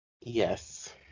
Yes